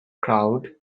crowd